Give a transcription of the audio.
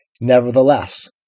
Nevertheless